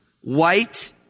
White